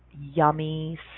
yummy